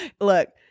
Look